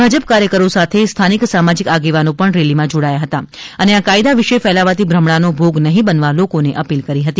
ભાજપ કાર્યકરો સાથે સ્થાનિક સામાજિક આગેવાનો પણ રેલીમા જોડાયા હતા અને આ કાયદા વિષે ફેલાવાતી ભ્રમણાનો ભોગ નહીં બનવા લોકોને અપીલ કરી હતી